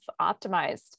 optimized